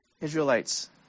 Israelites